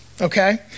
okay